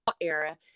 era